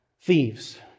thieves